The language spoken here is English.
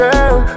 Girl